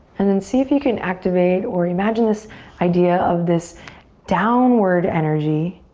and then see if you can activate or imagine this idea of this downward energy